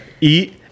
eat